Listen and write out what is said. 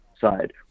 side